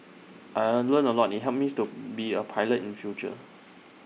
I learnt A lot IT helps me to be A pilot in future